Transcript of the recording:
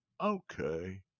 okay